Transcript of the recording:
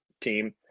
team